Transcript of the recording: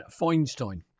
Feinstein